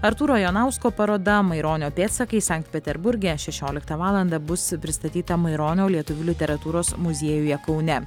artūro jonausko paroda maironio pėdsakai sankt peterburge šešioliktą valandą bus pristatyta maironio lietuvių literatūros muziejuje kaune